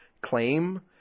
claim